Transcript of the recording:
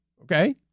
okay